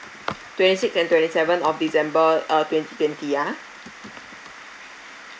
twenty sixth and twenty seventh of december uh twenty twenty yeah